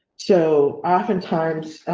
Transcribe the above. so oftentimes,